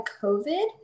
COVID